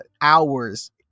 hours